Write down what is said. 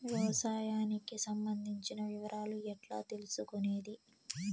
వ్యవసాయానికి సంబంధించిన వివరాలు ఎట్లా తెలుసుకొనేది?